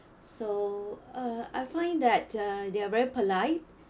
so uh I find that uh they are very polite